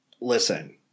Listen